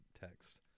text